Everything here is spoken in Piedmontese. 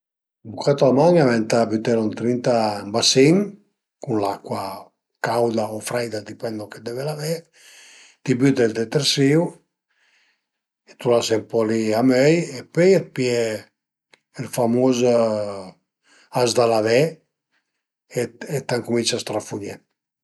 Ël bucato a man ëntà bütelu ëndrinta a ün basin cun l'acua cauda o freida, a dipend lon che deve lavé, t'i büte ël detersìu, t'la lase ën po li a möi e pöi pìe ël famus as da lavé e cumince a strafugné